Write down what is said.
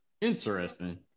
interesting